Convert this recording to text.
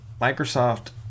Microsoft